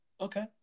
Okay